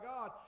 God